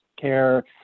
care